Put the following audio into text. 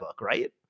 right